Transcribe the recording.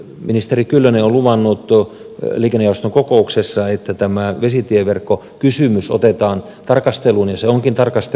ministeri kyllönen on luvannut liikennejaoston kokouksessa että tämä vesitieverkkokysymys otetaan tarkasteluun ja se onkin tarkastelussa